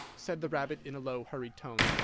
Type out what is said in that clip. said the rabbit in a low hurried tone.